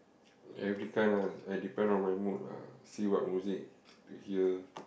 every kind ah I depend on my mood ah see what music to hear